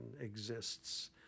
exists